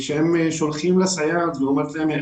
כשהם שולחים לסייעת והיא אומרת להם שהיא